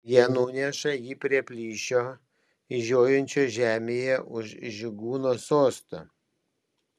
jie nuneša jį prie plyšio žiojinčio žemėje už žygūno sosto